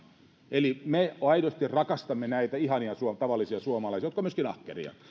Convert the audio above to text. eli me aidosti rakastamme näitä ihania tavallisia suomalaisia jotka ovat myöskin ahkeria